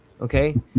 Okay